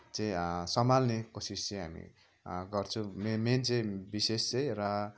चाहिँ सम्हाल्ने कोसिस चाहिँ हामी गर्छु मे मेन चाहिँ विशेष चाहिँ र